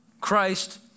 Christ